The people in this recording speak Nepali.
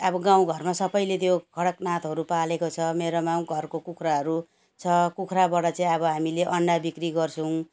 अब गाउँ घरमा सबैले त्यो कडकनाथहरू पालेको छ मेरोमा घरको कुखुराहरू छ कुखुराबाट चाहिँ अब हामीले अन्डा बिक्री गर्छौँ